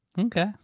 Okay